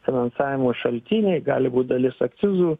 finansavimo šaltiniai gali būt dalis akcizų